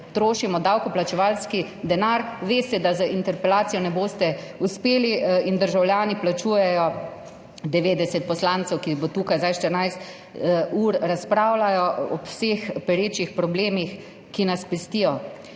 trošimo davkoplačevalski denar, veste, da z interpelacijo ne boste uspeli, in državljani plačujejo 90 poslancev, ki tukaj zdaj 14 ur razpravljajo, ob vseh perečih problemih, ki nas pestijo.